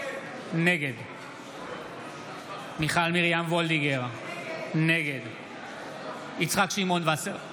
נגד מיכל מרים וולדיגר, נגד יצחק שמעון וסרלאוף,